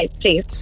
please